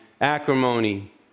acrimony